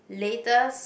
latest